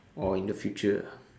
oh in the future ah